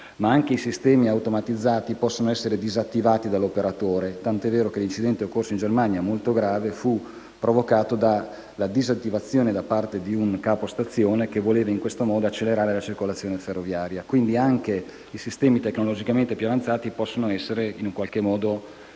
anche i sistemi automatizzati possono essere disattivati dall'operatore, tant'è vero che l'incidente molto grave occorso in Germania fu provocato dalla disattivazione del sistema da parte di un capostazione che voleva in questo modo accelerare la circolazione ferroviaria. Quindi, i sistemi tecnologicamente più avanzanti possono essere disattivati